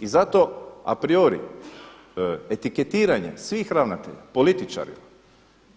I zato a priori etiketiranje svih ravnatelja političara,